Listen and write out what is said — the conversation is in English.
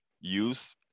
use